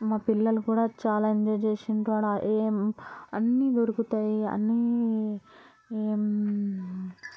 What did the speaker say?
మా పిల్లలు కూడా చాలా ఎంజాయ్ చేసిండ్రు అడా ఎం అన్ని దొరుకుతాయి అన్ని